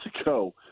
ago